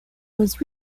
was